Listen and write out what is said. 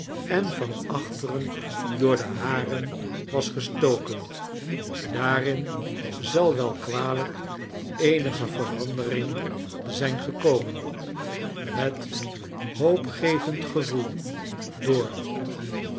en van achteren door de haren was gestoken daarin zal wel kwalijk eenige verandering zijn gekomen het hoopgevend gevoel door